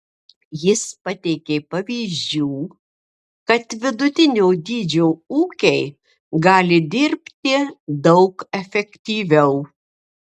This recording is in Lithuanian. jis pateikė pavyzdžių kad vidutinio dydžio ūkiai gali dirbti daug efektyviau